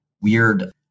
weird